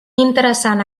interessant